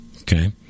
Okay